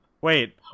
wait